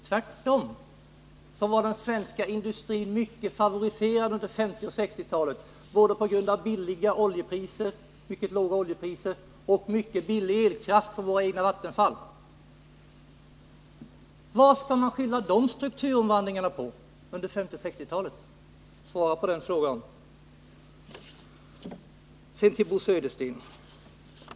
Tvärtom var den svenska industrin mycket favoriserad under 1950 och 1960-talen både på grund av mycket låga oljepriser och mycket billig elkraft från våra egna vattenfall. Vad skall man skylla de strukturomvandlingarna på? Svara på den frågan! Sedan till Bo Södersten.